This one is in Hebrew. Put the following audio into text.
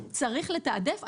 צריך לתעדף,